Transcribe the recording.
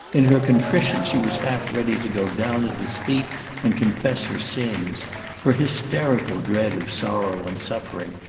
in her contrition she was half ready to go down at his feet and confess her sins her hysterical dread of sorrow and suffering,